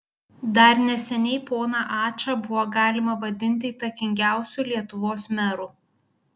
dar neseniai poną ačą buvo galima vadinti įtakingiausiu lietuvos meru